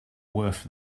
worth